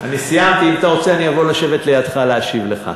אם אתה רוצה אני אבוא לשבת לידך, להשיב לך.